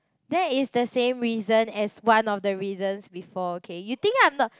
that is the same reason as one of the reasons before okay you think I'm not